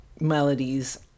melodies